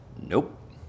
Nope